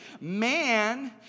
Man